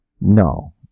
No